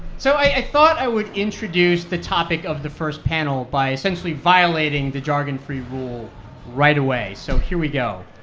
so i thought i would introduce the topic of the first panel by essentially violating the jargon-free rule right away, so here we go.